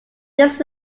this